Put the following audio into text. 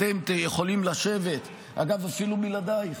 אתם יכולים לשבת, אגב, אפילו בלעדייך,